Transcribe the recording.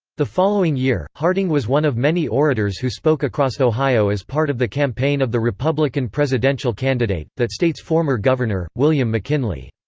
the following year, harding was one of many orators who spoke across ohio as part of the campaign of the republican presidential candidate, that state's former governor, william mckinley.